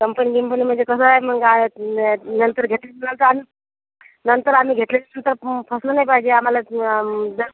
company गिंपनी म्हणजे कसं आहे मग रा नंतर घेतली तर चालणं नंतर आम्ही घेतल्याच्यानंतर फसलो नाही पाहिजे आम्हाला जर